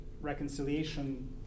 reconciliation